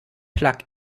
plug